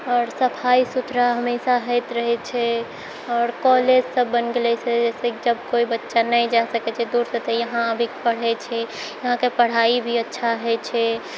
आओर सफाइ सुथरा हमेशा होइत रहै छै आओर कॉलेजसब बनि गेलऽ छै जइसे कोइ बच्चा नहि जा सकै छै दूर तऽ यहाँ आबिके पढ़ै छै यहाँके पढ़ाइ भी अच्छा होइ छै